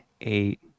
eight